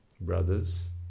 brothers